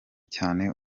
cyane